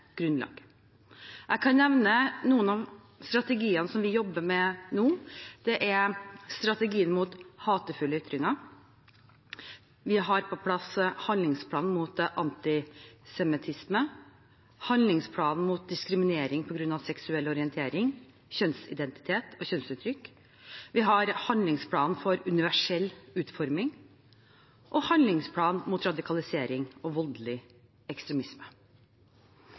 grunnlag. Jeg kan nevne noen av strategiene som vi jobber med nå: Det er strategien mot hatefulle ytringer, vi har på plass en handlingsplan mot antisemittisme, en handlingsplan mot diskriminering på grunn av seksuell orientering, kjønnsidentitet og kjønnsuttrykk, vi har en handlingsplan for universell utforming og en handlingsplan mot radikalisering og voldelig ekstremisme.